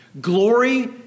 Glory